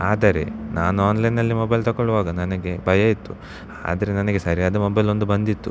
ಆದರೆ ನಾನು ಆನ್ಲೈನ್ನಲ್ಲಿ ಮೊಬೈಲ್ ತಗೊಳ್ಳುವಾಗ ನನಗೆ ಭಯ ಇತ್ತು ಆದರೆ ನನಗೆ ಸರಿಯಾದ ಮೊಬೈಲ್ ಒಂದು ಬಂದಿತ್ತು